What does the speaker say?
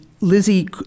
Lizzie